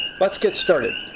let's get started.